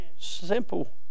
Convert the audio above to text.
Simple